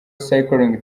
cycling